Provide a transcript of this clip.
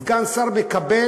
סגן שר מקבל,